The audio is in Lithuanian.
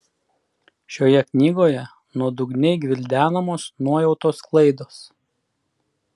šioje knygoje nuodugniai gvildenamos nuojautos klaidos